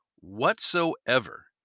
Whatsoever